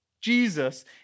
Jesus